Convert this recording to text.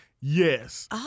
yes